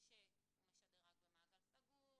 שהוא משדר רק במעגל סגור,